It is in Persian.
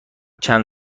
چند